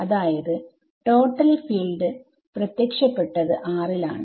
അതായത് total field പ്രത്യക്ഷപ്പെട്ടത് ലാണ്